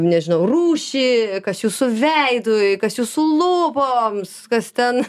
nežinau rūšį kas jūsų veidui kas jūsų lūpoms kas ten